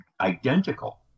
identical